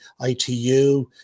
ITU